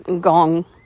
gong